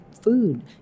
food